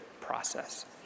process